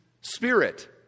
spirit